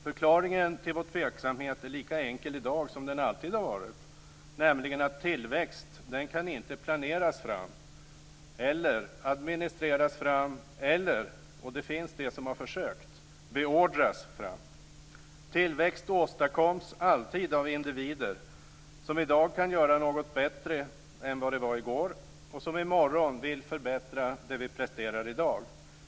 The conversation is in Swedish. Förklaringen till vår tveksamhet är lika enkel i dag som den alltid har varit, nämligen att tillväxt inte kan planeras fram, administreras fram eller - och det finns de som har försökt - beordras fram. Tillväxt åstadkoms alltid av individer som i dag kan göra något bättre än vad det var i går och som i morgon vill förbättra det vi presterar i dag.